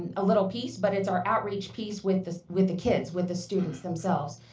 a little piece, but it's our outreach piece with the with the kids, with the students themselves.